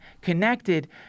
connected